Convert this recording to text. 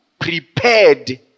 prepared